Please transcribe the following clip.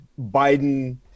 Biden